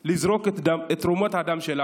לזרוק את תרומות הדם שלנו,